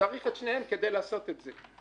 וצריך את שניהם כדי לעשות את זה.